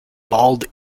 bald